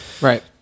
Right